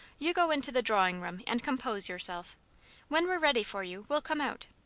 you go into the drawing-room and compose yourself when we're ready for you, we'll come out.